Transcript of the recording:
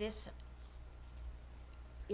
it